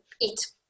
eat